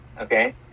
Okay